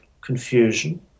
confusion